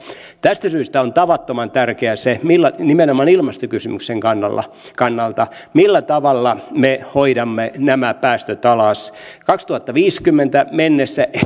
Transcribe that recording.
tästä syystä on tavattoman tärkeää nimenomaan ilmastokysymyksen kannalta kannalta se millä tavalla me hoidamme nämä päästöt alas vuoteen kaksituhattaviisikymmentä mennessä ei ole käytännössä enää